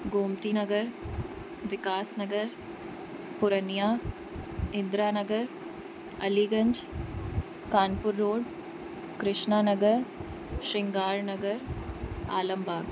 Gomti Nagar Vikas Nagar Purania Indira Nagar Aliganj Kanpur road Krishna Nagar Shringar Nagar Alam Bagh